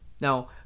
Now